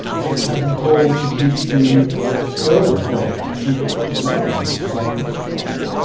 just having coal to keep the stove going, to keep the place warm was often a struggle,